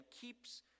keeps